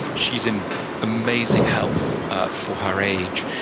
she's in amazing health ah for her age.